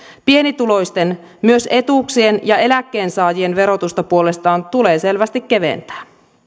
pienituloisten myös etuuksien saajien ja eläkkeensaajien verotusta puolestaan tulee selvästi keventää